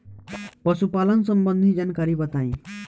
पशुपालन सबंधी जानकारी बताई?